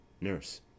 Nurse